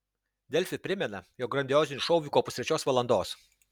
delfi primena jog grandiozinis šou vyko pustrečios valandos